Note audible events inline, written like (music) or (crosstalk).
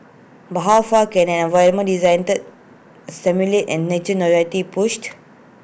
but how far can an environment designed to stimulate and nurture (unintelligible) be pushed